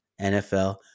NFL